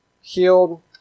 healed